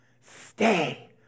stay